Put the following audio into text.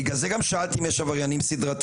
בגלל זה גם שאלתי אם יש עבריינים סדרתיים,